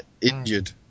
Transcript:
injured